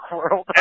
World